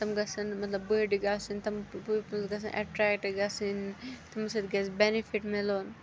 تِم گژھن مطلب بٔڑۍ گژھٕنۍ تِم پیٖپٕل گژھن اَٹرٛیکٹ گژھٕنۍ تِمو سۭتۍ گژھِ بٮ۪نِفِٹ مِلُن